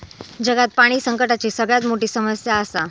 जगात पाणी संकटाची सगळ्यात मोठी समस्या आसा